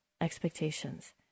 expectations